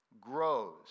grows